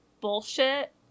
bullshit